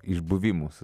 išbuvimų su